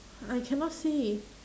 I cannot see